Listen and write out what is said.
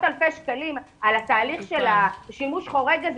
אלפי שקלים על תהליך השימוש חורג הזה,